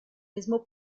mismo